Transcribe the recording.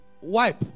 wipe